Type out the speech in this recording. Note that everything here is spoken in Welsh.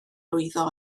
lwyddo